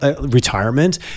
retirement